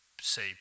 say